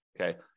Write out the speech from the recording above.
Okay